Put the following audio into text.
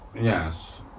Yes